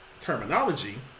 terminology